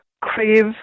crave